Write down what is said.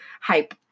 hype